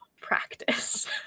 practice